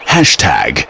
Hashtag